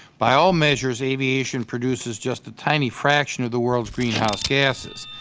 by all measures, aviation produces just a tiny fraction of the world's greenhouse gasses.